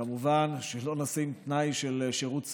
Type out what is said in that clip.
כמובן שלא נשים תנאי של שירות צבאי,